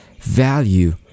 value